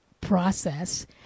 process